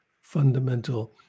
fundamental